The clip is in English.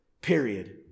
Period